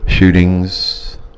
shootings